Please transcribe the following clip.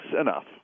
enough